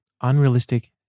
unrealistic